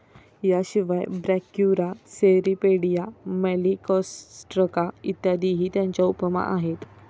याशिवाय Brachyura, Cirripedia, Malacostraca इत्यादीही त्याच्या उपमा आहेत